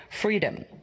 freedom